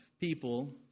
people